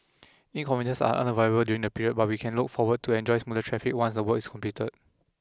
inconvenience are unavoidable during the period but we can look forward to enjoy smoother traffic once the work is completed